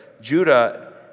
Judah